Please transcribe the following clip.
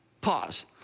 pause